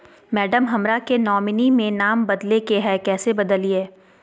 madam, हमरा के nominee में नाम बदले के हैं, कैसे बदलिए